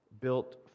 built